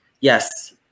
yes